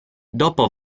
dopo